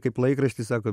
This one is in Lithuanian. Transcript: kaip laikraštis sako